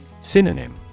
Synonym